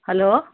hello